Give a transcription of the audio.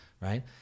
right